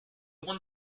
one